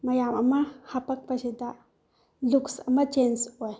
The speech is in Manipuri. ꯃꯌꯥꯝ ꯑꯃ ꯍꯥꯄꯛꯄꯁꯤꯗ ꯂꯨꯛꯁ ꯑꯃ ꯆꯦꯟꯁ ꯑꯣꯏ